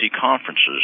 conferences